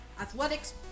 athletics